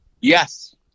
Yes